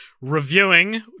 reviewing